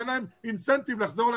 אין להם אינסנטיב לחזור.